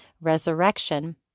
resurrection